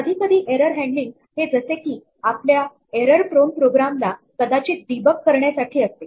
कधीकधी error handling हे जसे की आपल्या एरर प्रोन प्रोग्राम ला कदाचित डीबगकरण्यासाठी असते